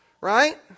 Right